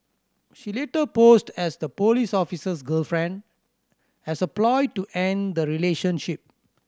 she later posed as the police officer's girlfriend as a ploy to end the relationship